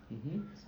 mmhmm